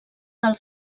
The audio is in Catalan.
del